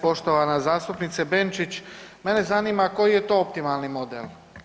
Poštovana zastupnice Benčić mene zanima koji je to optimalni model.